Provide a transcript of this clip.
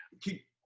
keep